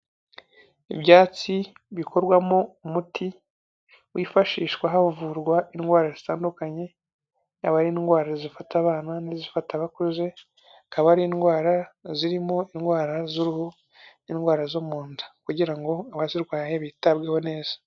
Ibyatsi bikorwamo umuti wifashishwa havurwa indwara zitandukanye, yaba ari indwara zifata abana n'izifata abakuzekaba, akaba ari indwara zirimo indwara z'uruhu, indwara zo munda kugira ngo abazirwaye bitabweho neza.